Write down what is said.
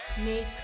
make